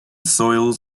soils